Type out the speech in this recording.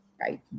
Right